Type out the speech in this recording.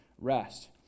rest